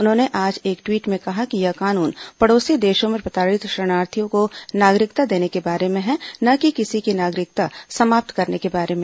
उन्होंने आज एक ट्वीट में कहा कि यह कानून पड़ोसी देशों में प्रताड़ित शरणार्थियों को नागरिकता देने के बारे में है न कि किसी की नागरिकता समाप्त करने के बारे में